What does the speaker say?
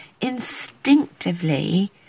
instinctively